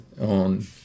on